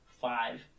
five